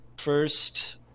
First